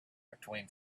between